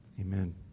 amen